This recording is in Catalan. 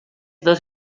dos